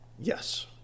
Yes